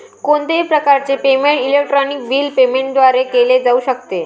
कोणत्याही प्रकारचे payment electronic bill payment द्वारे केले जाऊ शकते